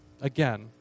again